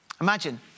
Imagine